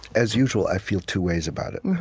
as usual, i feel two ways about it.